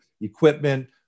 equipment